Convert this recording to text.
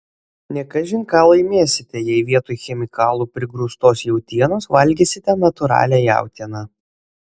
ne kažin ką laimėsite jei vietoj chemikalų prigrūstos jautienos valgysite natūralią jautieną